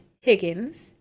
Higgins